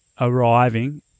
arriving